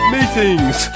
Meetings